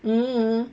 嗯